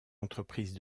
entreprise